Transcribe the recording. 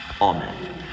Amen